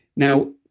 now,